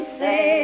say